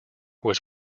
was